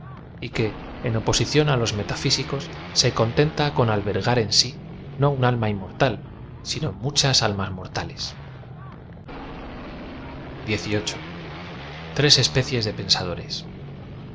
y que en oposición á los metailsicos se contenta con albergar ea si no un alma inm ortal sino muchas almas mortales is z v é i especies de